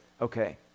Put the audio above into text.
okay